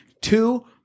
two